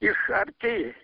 iš arti